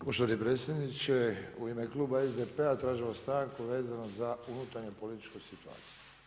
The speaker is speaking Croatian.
Poštovani predsjedniče, u ime kluba SDP-a tražimo stanku vezano za unutarnju političku situaciju.